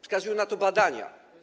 Wskazują na to badania.